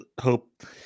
hope